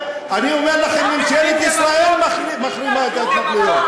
אני אומר לכם שממשלת ישראל מחרימה את ההתנחלויות.